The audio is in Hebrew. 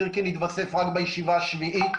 סירקין התווסף רק בישיבה השביעית.